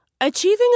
Achieving